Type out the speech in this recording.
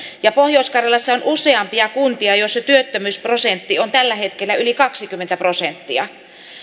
ja pohjois karjalassa on useampia kuntia joissa työttömyysprosentti on tällä hetkellä yli kaksikymmentä prosenttia